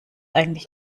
eigentlich